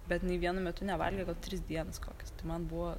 bet jinai vienu metu nevalgė gal tris dienas kokias tai man buvo